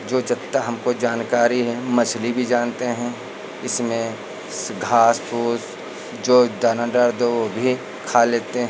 जो जितना हमको जानकारी है मसरी भी जानते हैं इसमें से घास फूस जो दानादार दो वह भी खा लेते हैं